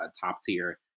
top-tier